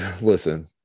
listen